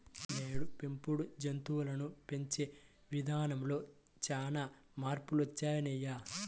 నేడు పెంపుడు జంతువులను పెంచే ఇదానంలో చానా మార్పులొచ్చినియ్యి